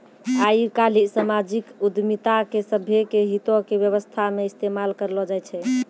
आइ काल्हि समाजिक उद्यमिता के सभ्भे के हितो के व्यवस्था मे इस्तेमाल करलो जाय छै